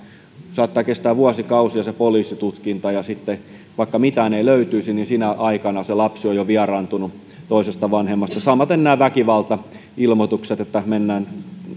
saattaa kestää vuosikausia poliisitutkinta ja vaikka mitään ei löytyisi niin sinä aikana lapsi on jo vieraantunut toisesta vanhemmasta samaten nämä väkivaltailmoitukset että mennään